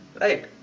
right